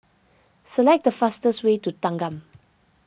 select the fastest way to Thanggam